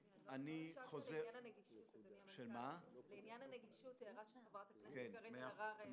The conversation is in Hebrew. בעניין הנגישות, הערה של חברת הכנסת קארין אלהרר.